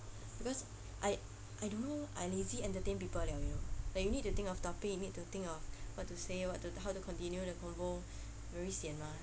because I I don't know I lazy entertain people liao leh like you need to think of topic need to think of what to say what to how to continue the convo very sian [one]